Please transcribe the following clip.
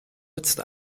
nützt